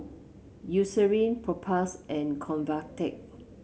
Eucerin Propass and Convatec